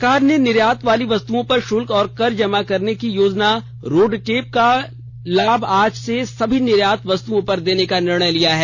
सरकार ने निर्यात वाली वस्तुओं पर शुल्क और कर जमा करने की योजना रोडटेप का लाभ आज से सभी निर्यात वस्तुओं पर देने का निर्णय लिया है